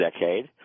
decade